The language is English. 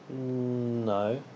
No